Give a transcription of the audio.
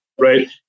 right